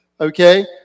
Okay